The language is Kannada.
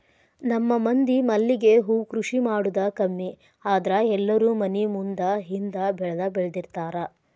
ನಮ್ಮ ಮಂದಿ ಮಲ್ಲಿಗೆ ಹೂ ಕೃಷಿ ಮಾಡುದ ಕಮ್ಮಿ ಆದ್ರ ಎಲ್ಲಾರೂ ಮನಿ ಮುಂದ ಹಿಂದ ಬೆಳ್ದಬೆಳ್ದಿರ್ತಾರ